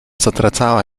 zatracała